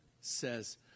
says